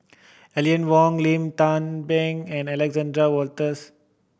Wong Lim Tze Peng and Alexander Wolters